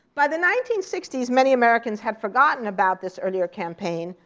by the nineteen sixty s, many americans had forgotten about this earlier campaign,